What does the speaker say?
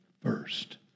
first